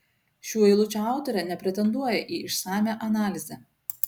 šių eilučių autorė nepretenduoja į išsamią analizę